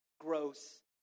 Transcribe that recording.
gross